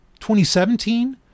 2017